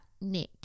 Nick